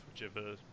whichever